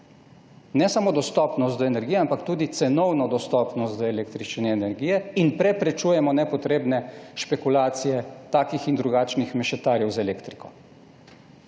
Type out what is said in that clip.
ne samo dostopnost do energije, ampak tudi cenovno dostopnost do električne energije in preprečujemo nepotrebne špekulacije takih in drugačnih mešetarjev z elektriko.